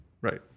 Right